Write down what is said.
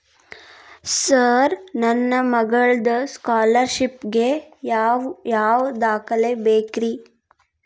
Sir ನನ್ನ ಮಗ್ಳದ scholarship ಗೇ ಯಾವ್ ಯಾವ ದಾಖಲೆ ಬೇಕ್ರಿ?